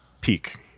Peak